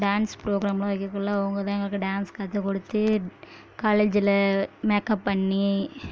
dance புரோகிராம்லாம் வைக்கக்குள்ள அவங்க தான் டான்ஸ் கத்துக் கொடுத்து காலேஜ்ஜுல் மேக்கப் பண்ணி